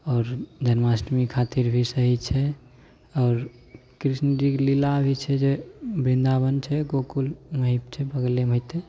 आओर जन्माष्टमी खातिरभी सही छै आओर कृष्णजीक लीला भी छै जे बृन्दाबन छै गोकुल एनाहिते भऽ गेलै ओनाहिते